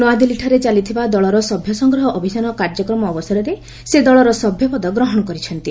ନୂଆଦିଲ୍ଲୀଠାରେ ଚାଲିଥିବା ଦଳର ସଭ୍ୟ ସଂଗ୍ରହ ଅଭିଯାନ କାର୍ଯ୍ୟକ୍ରମ ଅବସରରେ ସେ ଦଳର ସଭ୍ୟପଦ ଗ୍ରହଣ କରିଛନ୍ତି